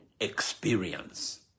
experience